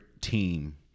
team